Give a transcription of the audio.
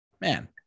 man